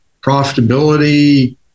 profitability